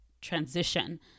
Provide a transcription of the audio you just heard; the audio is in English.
transition